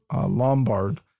Lombard